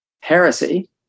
heresy